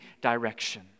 direction